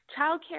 Childcare